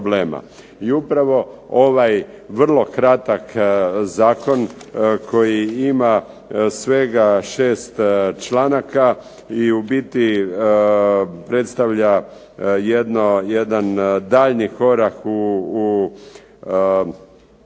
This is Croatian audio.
I upravo ovaj vrlo kratak zakon koji ima svega 6 članaka i u biti predstavlja jedan daljnji korak u